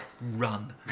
run